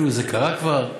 כאילו זה קרה כבר,